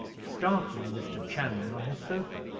startling mr. channing on his sofa.